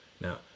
Now